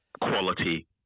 quality